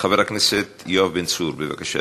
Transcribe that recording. חבר הכנסת יואב בן צור, בבקשה,